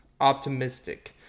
optimistic